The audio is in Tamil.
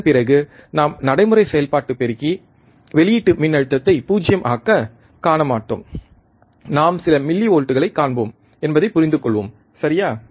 அதன் பிறகு நாம் நடைமுறை செயல்பாடு பெருக்கி வெளியீட்டு மின்னழுத்தத்தை 0 ஆகக் காண மாட்டோம் நாம் சில மில்லிவோல்ட்களை காண்போம் என்பதை புரிந்து கொள்வோம் சரியா